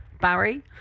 Barry